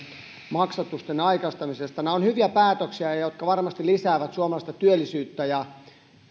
maksatusten aikaistumisesta nämä ovat hyviä päätöksiä jotka varmasti lisäävät suomalaista työllisyyttä ja